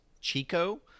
Chico